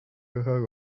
gehör